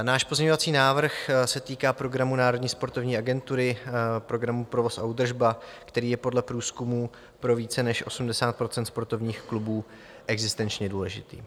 Náš pozměňovací návrh se týká programu Národní sportovní agentury, programu Provoz a údržba, který je podle průzkumů pro více než 80 % sportovních klubů existenčně důležitý.